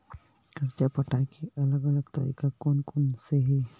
कर्जा पटाये के अलग अलग तरीका कोन कोन से हे?